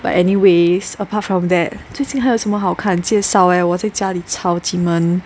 but anyways apart from that 最近还有什么好看介绍 leh 我在家里超级闷